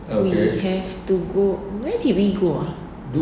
we have to go where did we go ah